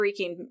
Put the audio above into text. freaking